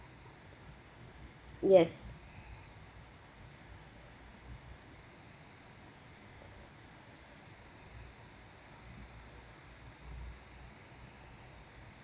yes